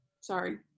sorry